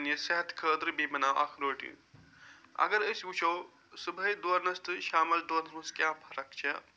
پنٛنہِ صحت خٲطرٕ بیٚیہِ بناو اکھ روٹیٖن اگر أسۍ وٕچھو صُبحٲے دورنَس تہٕ شامَس دورنَس مَنٛز کیاہ فرق چھےٚ